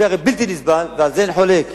זה הרי בלתי נסבל, ועל זה אין חולק.